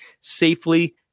safely